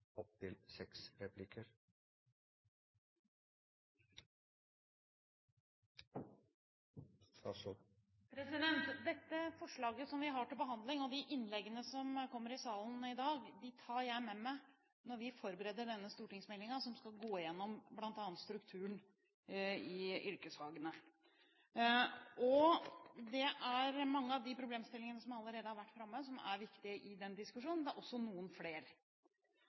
forslaget vi har til behandling, og de innleggene som kommer fra salen i dag, tar jeg med meg når vi forbereder denne stortingsmeldingen som skal gå gjennom bl.a. strukturen i yrkesfagene. Mange av de problemstillingene som allerede har vært framme i denne diskusjonen, er viktige, men det er også noen